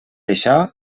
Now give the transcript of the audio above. això